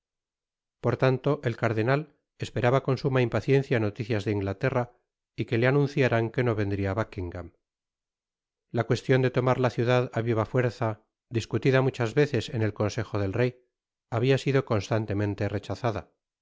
por tanto el cardenal esperaba con suma impaciencia noticias de inglaterra y que le anunciáran que no vendria buckingam la cuestion de tomar la ciudad á viva fuerza discutida muchas veces en el consejo del rey habia sido constantemente rechazada en